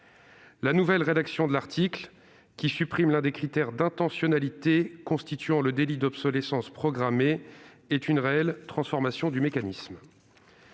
La nouvelle rédaction de l'article, qui vise à supprimer l'un des critères d'intentionnalité constituant le délit d'obsolescence programmée, est une réelle transformation du mécanisme.